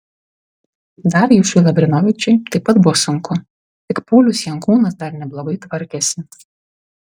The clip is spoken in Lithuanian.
darjušui lavrinovičiui taip pat buvo sunku tik paulius jankūnas dar neblogai tvarkėsi